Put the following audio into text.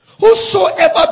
Whosoever